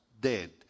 dead